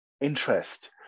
interest